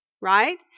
right